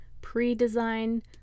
pre-design